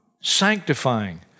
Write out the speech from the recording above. Sanctifying